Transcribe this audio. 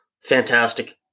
Fantastic